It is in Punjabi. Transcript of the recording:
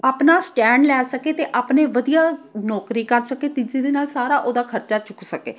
ਆਪਣਾ ਸਟੈਂਡ ਲੈ ਸਕੇ ਅਤੇ ਆਪਣੇ ਵਧੀਆ ਨੌਕਰੀ ਕਰ ਸਕੇ ਤਾਂ ਜਿਹਦੇ ਨਾਲ ਸਾਰਾ ਉਹਦਾ ਖ਼ਰਚਾ ਚੁੱਕ ਸਕੇ